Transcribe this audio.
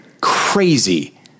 crazy